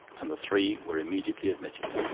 and the three were immediately admitted.